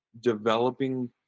developing